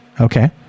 okay